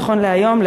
נכון להיום,